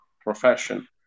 profession